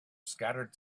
scattered